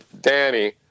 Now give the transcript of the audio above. Danny